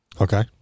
Okay